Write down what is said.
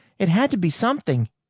it had to be something.